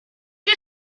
que